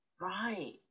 Right